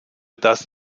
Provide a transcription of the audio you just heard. das